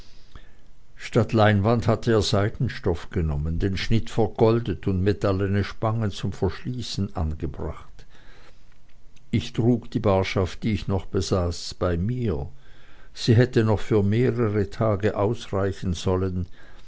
statt leinwand hatte er seidenstoff genommen den schnitt vergoldet und metallene spangen zum verschließen angebracht ich trug die barschaft die ich noch besaß bei mir sie hätte noch für mehrere tage ausreichen sollen